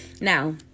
now